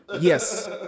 Yes